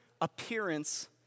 appearance